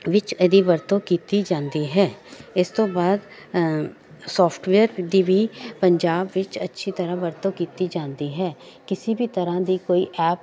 ਵਿੱਚ ਇਹਦੀ ਵਰਤੋਂ ਕੀਤੀ ਜਾਂਦੀ ਹੈ ਇਸ ਤੋਂ ਬਾਅਦ ਸੋਫਟਵੇਅਰ ਦੀ ਵੀ ਪੰਜਾਬ ਵਿੱਚ ਅੱਛੀ ਤਰ੍ਹਾਂ ਵਰਤੋਂ ਕੀਤੀ ਜਾਂਦੀ ਹੈ ਕਿਸੇ ਵੀ ਤਰ੍ਹਾਂ ਦੀ ਕੋਈ ਐਪ